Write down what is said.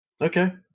Okay